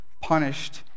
punished